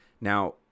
now